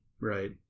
right